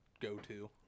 go-to